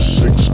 six